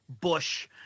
bush